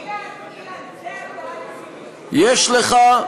אילן, אילן, זה, יש לך,